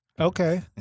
Okay